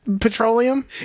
Petroleum